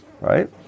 right